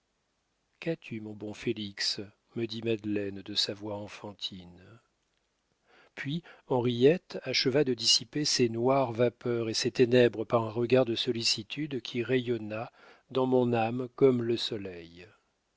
qu'as-tu mon bon félix me dit madeleine de sa voix enfantine puis henriette acheva de dissiper ces noires vapeurs et ces ténèbres par un regard de sollicitude qui rayonna dans mon âme comme le soleil